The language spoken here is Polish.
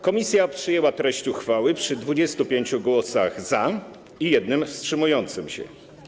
Komisja przyjęła treść uchwały przy 25 głosach za i 1 wstrzymującym się.